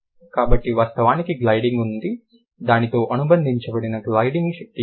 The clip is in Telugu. కాబట్టి వాస్తవానికి గ్లైడింగ్ ఉంది దానితో అనుబంధించబడిన గ్లైడింగ్ శక్తి ఉంది